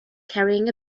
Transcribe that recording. carrying